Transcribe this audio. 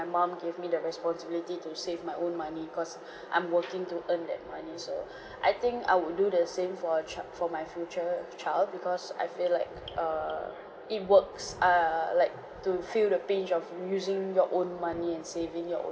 mom gave me the responsibility to save my own money cause I'm working to earn that money so I think I would do the same for a child for my future child because I feel like err it works err like to feel the pinch of using your own money and saving your own